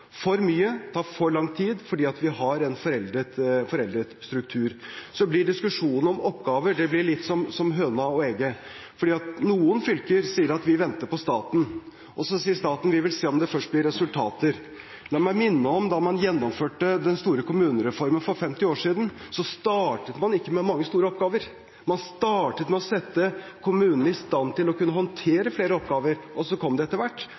For mye tar for lang tid, fordi vi har en foreldet struktur. Diskusjonen om oppgaver blir litt som diskusjonen om høna og egget, fordi noen fylker sier at de venter på staten, og så sier staten at den vil først se om det blir resultater. La meg minne om at da man gjennomførte den store kommunereformen for 50 år siden, startet man ikke med mange store oppgaver. Man startet med å sette kommunene i stand til å kunne håndtere flere oppgaver, og så kom de etter hvert.